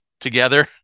together